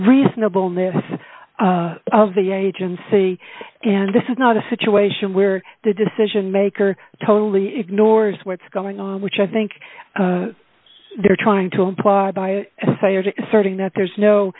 reasonableness of the agency and this is not a situation where the decision maker totally ignores what's going on which i think they're trying to imply by asserting that there's no